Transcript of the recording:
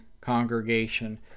congregation